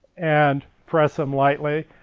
and press them lightly.